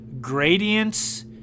gradients